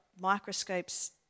microscopes